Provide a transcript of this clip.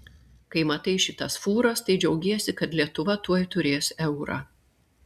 kai matai šitas fūras tai džiaugiesi kad lietuva tuoj turės eurą